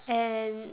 and